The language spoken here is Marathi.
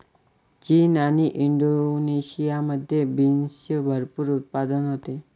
चीन आणि इंडोनेशियामध्ये बीन्सचे भरपूर उत्पादन होते